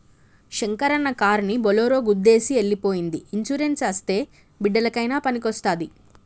శంకరన్న కారుని బోలోరో గుద్దేసి ఎల్లి పోయ్యింది ఇన్సూరెన్స్ అస్తే బిడ్డలకయినా పనికొస్తాది